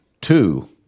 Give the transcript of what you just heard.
two